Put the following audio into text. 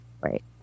Right